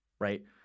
right